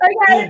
Okay